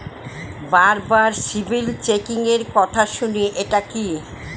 বারবার সিবিল চেকিংএর কথা শুনি এটা কি?